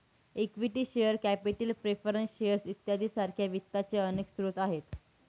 equity share capital preference shares इत्यादी सारख्या वित्ताचे अनेक स्रोत आहेत